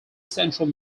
central